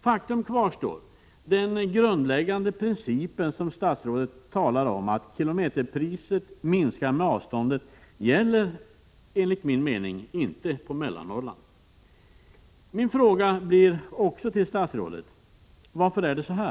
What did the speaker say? Faktum kvarstår: Den grundläggande principen som statsrådet talar om när han säger att ”priset per kilometer minskar med ökat avstånd” gäller såvitt jag förstår inte för Mellannorrland. Min fråga till statsrådet blir då: Varför är det så?